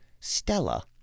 Stella